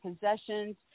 possessions